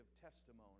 Testimony